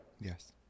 Yes